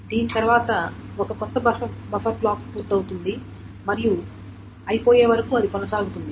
దీని తరువాత ఒక కొత్త బఫర్ బ్లాక్ పూర్తవుతుంది మరియు అయిపోయేవరకూ ఇది కొనసాగుతుంది